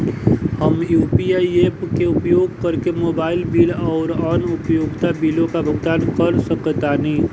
हम UPI apps के उपयोग करके मोबाइल बिल आउर अन्य उपयोगिता बिलों का भुगतान कर सकतानी